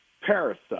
Parasite